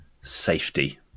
safety